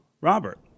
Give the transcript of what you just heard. Robert